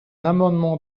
amendement